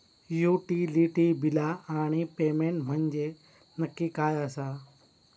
Utility बिला आणि payment म्हंजे नक्की काय आसा?